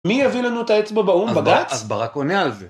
מי יביא לנו את האצבע באו"ם, בג"צ? אז ברק עונה על זה.